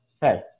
Hey